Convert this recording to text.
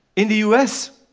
in the us,